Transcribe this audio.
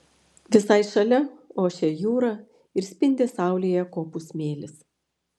visai šalia ošia jūra ir spindi saulėje kopų smėlis